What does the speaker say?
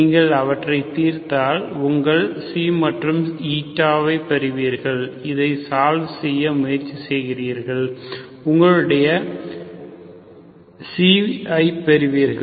நீங்கள் அவற்றைத் தீர்த்தால் உங்கள் ξ மற்றும் η ஐப் பெறுவீர்கள் இதைத் சால்வ் செய்ய முயற்சி செய்கிறீர்கள் உங்களுடைய ξ ஐப் பெறுவீர்கள்